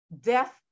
death